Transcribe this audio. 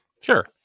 Sure